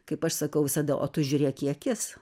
kaip aš sakau visada o tu žiūrėk į akis